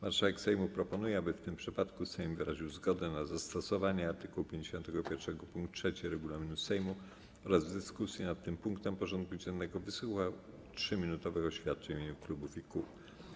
Marszałek Sejmu proponuje, aby w tym przypadku Sejm wyraził zgodę na zastosowanie art. 51 pkt 3 regulaminu Sejmu oraz w dyskusji nad tym punktem porządku dziennego wysłuchał 3-minutowych oświadczeń w imieniu klubów i kół.